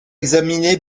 examiné